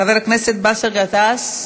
חבר הכנסת באסל גטאס.